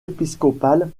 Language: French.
épiscopale